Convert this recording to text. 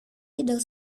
tidak